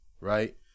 right